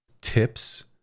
tips